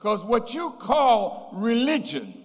because what you call religion